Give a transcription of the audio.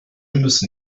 müssen